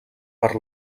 per